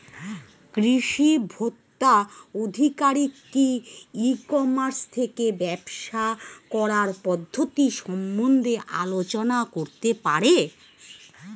কৃষি ভোক্তা আধিকারিক কি ই কর্মাস থেকে ব্যবসা করার পদ্ধতি সম্বন্ধে আলোচনা করতে পারে?